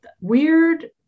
weird